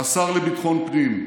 השר לביטחון פנים,